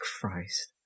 Christ